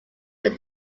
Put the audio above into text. when